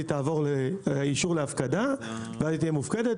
תעבור אישור להפקדה ואז היא תהיה מופקדת,